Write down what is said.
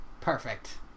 Perfect